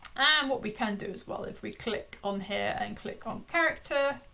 what we can do as well, if we click on here and click on character,